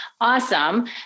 awesome